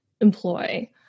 employ